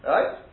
Right